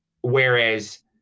whereas